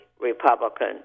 Republican